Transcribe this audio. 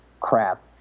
crap